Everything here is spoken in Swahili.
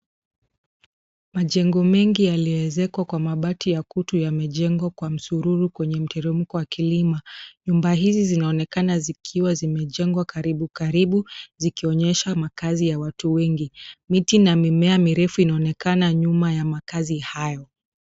Majengo mengi yaliyoekezwa kwa mabati ya kutu yamejengwa msururu kwenye mteremko wa kilima. Nyumba hizi zinaonekana zikiwa zimejengwa karibu karibu, zikionyesha makzazi ya watu wengi. Miti, na mimea mirefu inaonekana nyuma ya makazi hayo.